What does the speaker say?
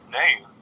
name